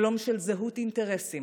שלום של זהות אינטרסים,